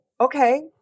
okay